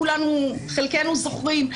חלקנו זוכרים,